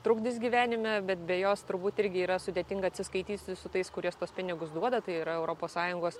trukdis gyvenime bet be jos turbūt irgi yra sudėtinga atsiskaityti su tais kurie tuos pinigus duoda tai yra europos sąjungos